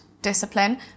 Discipline